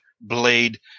blade